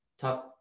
tough